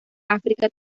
áfrica